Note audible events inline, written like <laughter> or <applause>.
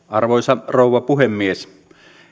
<unintelligible> arvoisa rouva puhemies